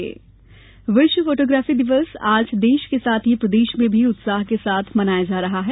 विश्व फोटोग्राफी दिवस विश्व फोटोग्राफी दिवस आज देश के साथ ही प्रदेश में भी उत्साह के साथ मनाया जा रहा है